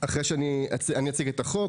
אני אציג את החוק,